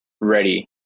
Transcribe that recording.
ready